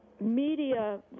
media